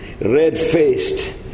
red-faced